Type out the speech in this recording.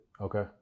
Okay